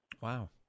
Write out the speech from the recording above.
Wow